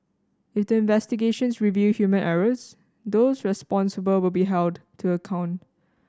if the investigations reveal human errors those responsible will be held to account